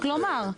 רק לומר.